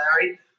Larry